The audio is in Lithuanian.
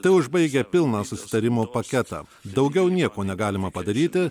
tai užbaigia pilną susitarimo paketą daugiau nieko negalima padaryti